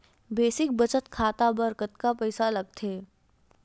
Basic बचत खाता बर कतका पईसा लगथे?